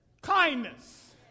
kindness